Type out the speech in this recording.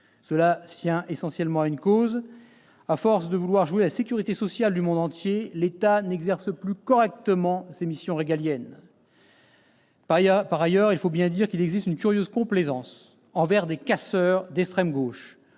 Cela tient essentiellement à une cause : à force de vouloir jouer la sécurité sociale du monde entier, l'État n'exerce plus correctement ses missions régaliennes ! Par ailleurs, il faut bien le dire, il existe une curieuse complaisance envers les casseurs d'extrême gauche.